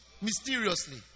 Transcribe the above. mysteriously